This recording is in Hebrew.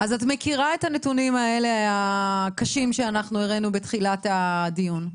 את מכירה את הנתונים הקשים האלה שהראינו בתחילת הדיון.